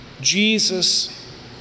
Jesus